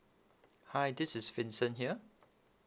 hi this is vincent here